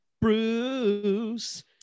Bruce